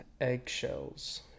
eggshells